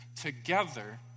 together